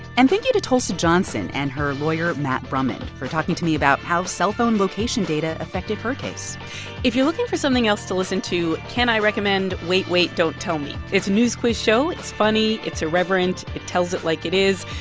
and thank you to tulsa johnson and her lawyer, matt brohman, for talking to me about how cellphone location data affected her case if you're looking for something else to listen to, can i recommend wait wait. don't tell me? it's a news quiz show. it's funny. it's irreverent. it tells it like it is.